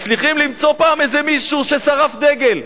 מצליחים למצוא פעם איזה מישהו ששרף דגל.